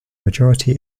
majority